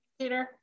Peter